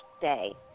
day